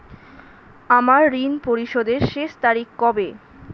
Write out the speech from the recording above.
আমার ঋণ পরিশোধের শেষ তারিখ কবে?